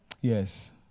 Yes